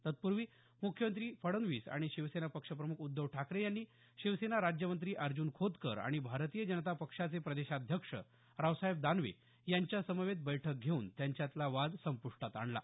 तत्पूर्वी मुख्यमंत्री फडणवीस आणि शिवसेना पक्ष प्रमुख उद्धव ठाकरे यांनी शिवसेना राज्यमंत्री अर्जून खोतकर आणि भारतीय जनता पक्षाचे प्रदेशाध्यक्ष रावसाहेब दानवे यांच्या समवेत बैठक घेऊन त्यांच्यातला वाद संप्टात आणला